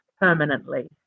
permanently